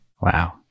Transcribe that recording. Wow